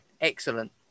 excellent